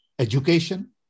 education